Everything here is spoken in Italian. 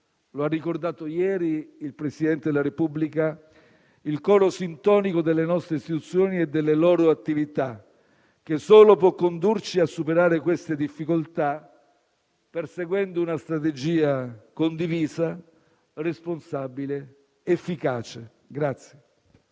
ha ricordato ieri il Presidente della Repubblica, «il coro sintonico delle nostre istituzioni e delle loro attività» che solo «può condurci a superare queste difficoltà» perseguendo una strategia condivisa, responsabile ed efficace.